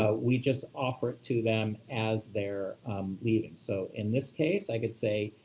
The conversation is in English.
ah we just offer it to them as they're leaving. so in this case, i could say,